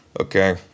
okay